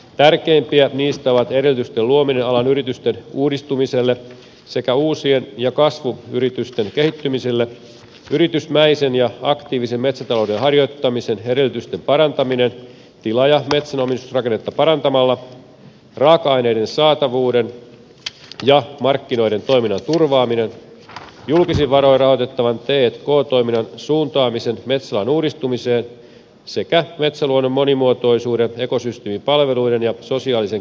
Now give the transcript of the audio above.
tärkeimpiä niistä ovat edellytysten luominen alan yritysten uudistumiselle sekä uusien ja kasvuyritysten kehittymiselle yritysmäisen ja aktiivisen metsätalouden harjoittamisen edellytysten parantaminen tila ja metsänomistusrakennetta parantamalla raaka aineiden saatavuuden ja markkinoiden toiminnan turvaaminen julkisin varoin rahoitettavan t k toiminnan suuntaaminen metsäalan uudistumiseen sekä metsäluonnon monimuotoisuuden ekosysteemipalveluiden ja sosiaalisen kestävyyden turvaaminen